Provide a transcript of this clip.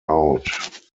out